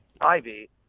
Ivy